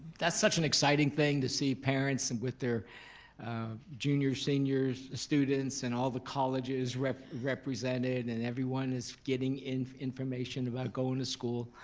that's such an exciting thing to see parents with their junior, senior students and all the colleges represented and everyone is getting information about going to school.